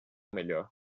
melhor